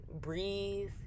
breathe